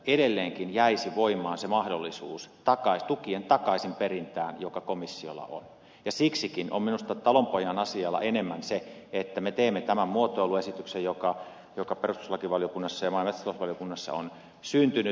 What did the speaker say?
edelleenkin jäisi voimaan se mahdollisuus tukien takaisinperintään joka komissiolla on ja siksikin on minusta talonpojan asialla enemmän se että me teemme tämän muotoiluesityksen joka perustuslakivaliokunnassa ja maa ja metsätalousvaliokunnassa on syntynyt